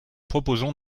proposons